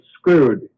screwed